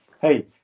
Hey